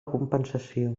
compensació